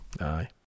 Aye